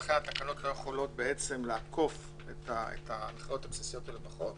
ולכן התקנות לא יכולות לעקוף את ההנחיות הבסיסיות שבחוק